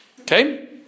Okay